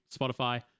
spotify